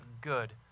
good